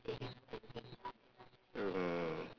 mm